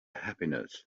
happiness